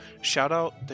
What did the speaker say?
shout-out